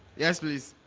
yes, please.